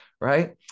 right